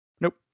Nope